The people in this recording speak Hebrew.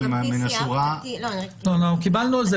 אבל אדם רגיל מן השורה --- קיבלנו על זה,